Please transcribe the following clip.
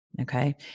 okay